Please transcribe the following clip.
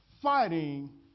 fighting